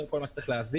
קודם כל מה שצריך להבין,